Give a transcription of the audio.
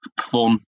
fun